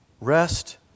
Rest